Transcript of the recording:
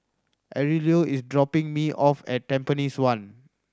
Aurelio is dropping me off at Tampines One